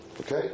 Okay